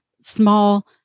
small